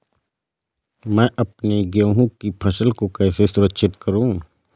मैं अपनी गेहूँ की फसल को कैसे सुरक्षित करूँ?